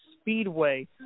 Speedway